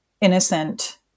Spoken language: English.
innocent